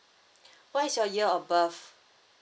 what is your year of birth